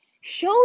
Show